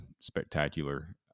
spectacular